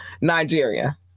Nigeria